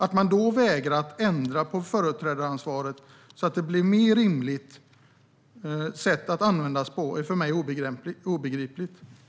Att man då vägrar att ändra på företrädaransvaret så att det används på ett mer rimligt sätt är för mig obegripligt.